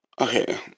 Okay